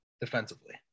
defensively